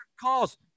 Calls